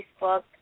Facebook